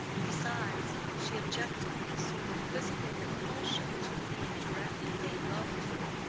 besides, she objected, with a sort of physical repulsion, to being directly made love to.